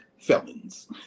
felons